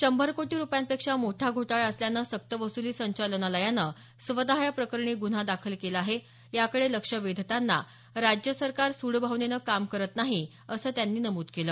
शंभर कोटी रुपयांपेक्षा मोठा घोटाळा असल्यानं सक्तवसुली संचालनालयानं स्वतः या प्रकरणी गुन्हा दाखल केला आहे याकडे लक्ष वेधताना राज्य सरकार सूड भावनेनं काम करत नाही असं त्यांनी नमूद केलं